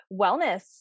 wellness